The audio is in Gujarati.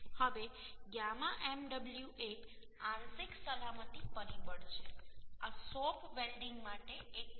હવે γ mw એ આંશિક સલામતી પરિબળ છે આ શોપ વેલ્ડીંગ માટે 1